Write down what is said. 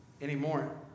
anymore